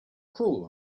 cruel